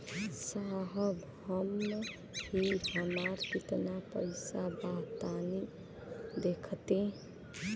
साहब अबहीं हमार कितना पइसा बा तनि देखति?